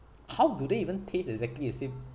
how do they even taste exactly the same